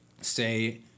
say